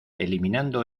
eliminando